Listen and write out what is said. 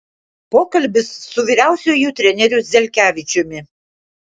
pokalbis su vyriausiuoju treneriu zelkevičiumi